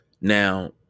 Now